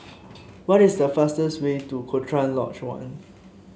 what is the fastest way to Cochrane Lodge One